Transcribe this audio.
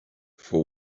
for